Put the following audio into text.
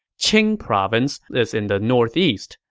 qing province is in the northeast.